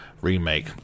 remake